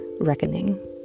reckoning